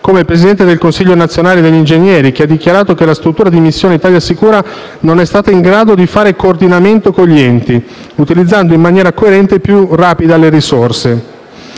come il presidente del Consiglio nazionale degli ingegneri, che ha dichiarato che la struttura di missione ItaliaSicura non è stata in grado di fare coordinamento con gli enti, utilizzando in maniera coerente e più rapida le risorse.